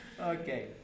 Okay